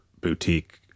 boutique